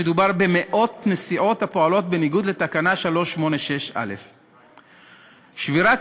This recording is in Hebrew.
מדובר במאות נסיעות הפועלות בניגוד לתקנה 386א. שבירת